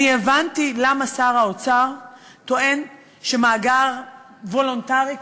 אני הבנתי למה שר האוצר טוען שמאגר וולונטרי כזה,